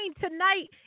tonight